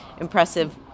impressive